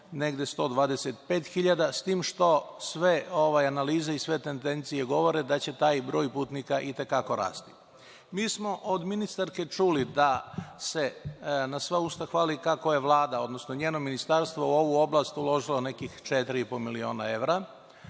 negde 125.000 s tim što sve analize i sve tendencije govore da će taj broj putnika i te kako rasti. Mi smo od ministarke čuli da se na sva usta hvali kako je Vlada, odnosno njeno ministarstvo u ovu oblast uložilo nekih 4,5 miliona evra,